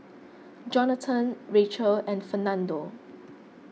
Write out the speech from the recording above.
Johnathan Racheal and Fernando